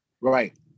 Right